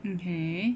okay